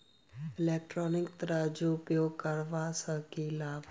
Electronic तराजू उपयोग करबा सऽ केँ लाभ?